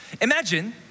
Imagine